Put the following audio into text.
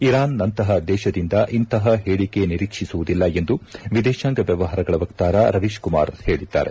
Iran ನಂತಹ ದೇಶದಿಂದ ಇಂತಹ ಹೇಳಿಕೆ ನಿರೀಕ್ಷಿಸುವುದಿಲ್ಲ ಎಂದು ವಿದೇಶಾಂಗ ವ್ಯವಹಾರಗಳ ವಕ್ತಾರ ರವೀಶ್ ಕುಮಾರ್ ಹೇಳಿದ್ದಾರೆ